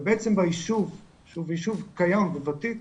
ובעצם ביישוב שהוא יישוב קיים ותיק